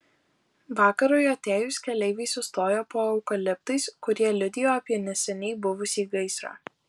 vakarui atėjus keleiviai sustojo po eukaliptais kurie liudijo apie neseniai buvusį gaisrą